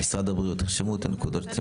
משרד הבריאות, תרשמו, בבקשה, את הנקודות.